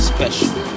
Special